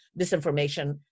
disinformation